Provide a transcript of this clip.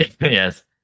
Yes